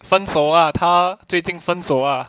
分手 ah 他最近分手 ah